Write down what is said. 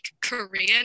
Korean